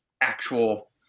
actual